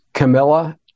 Camilla